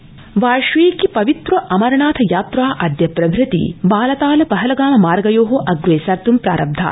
अमरनाथ यात्रा वार्षिकी पवित्र अमरनाथ यात्रा अद्य प्रभृति बालताल पहलगाम मार्गयो अप्रेसत्तं प्रारब्धा